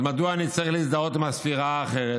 אז מדוע אני צריך להזדהות עם הספירה האחרת?